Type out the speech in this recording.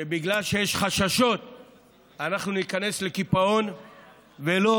שבגלל שיש חששות אנחנו ניכנס לקיפאון ולא